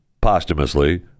posthumously